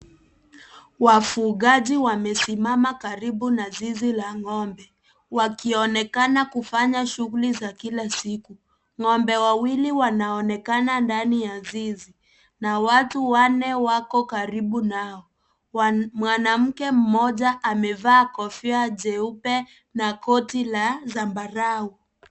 Wafugaji wamesimama karibu na zizi la ng'ombe. Wakionekana kufanya shughuli za kila siku. Ng'ombe wawili wanaonekana ndani ya zizi, na watu wanne wako karibu nao. Mwanamke mmoja amevaa kofia jeupe na koti la zambarau.